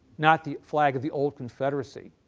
not the flag of the old confederacy.